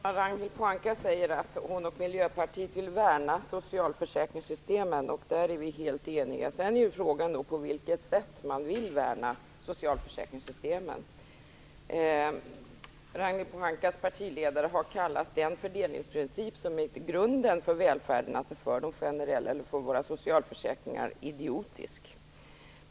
Fru talman! Ragnhild Pohanka säger att hon och Miljöpartiet vill värna socialförsäkringssystemen, och där är vi helt eniga. Sedan är frågan på vilket sätt man vill värna socialförsäkringssystemen. Ragnhild Pohankas partiledare har kallat den fördelningsprincip som är grunden för välfärden, dvs. våra socialförsäkringar, idiotisk.